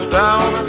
down